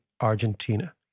Argentina